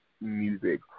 music